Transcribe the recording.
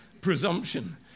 Presumption